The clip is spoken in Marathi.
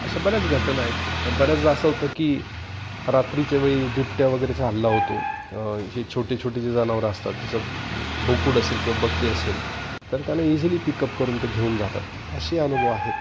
अशा बऱ्याच घटना आहेत बऱ्याचदा असं होतं की रात्रीच्या वेळी बिबट्या वगैरेचा हल्ला होतो हे छोटे छोटे जी जनावरं असतात जसं बोकड असेल किंवा बकरी असेल तर त्यांना इझिली पिकअप करून ते घेऊन जातात असेही अनुभव आहेत